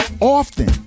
often